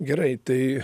gerai tai